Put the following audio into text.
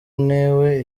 ntewe